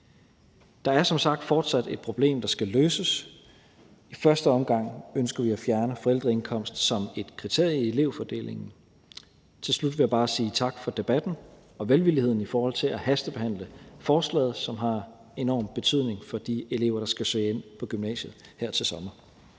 Der er som sagt fortsat et problem, der skal løses. I første omgang ønsker vi at fjerne forældreindkomst som et kriterium i elevfordelingen. Til slut vil jeg bare sige tak for debatten og velvilligheden i forhold til at hastebehandle forslaget, som har en enorm betydning for de elever, der skal søge ind på gymnasiet her til sommer.